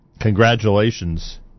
congratulations